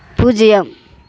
பூஜ்ஜியம்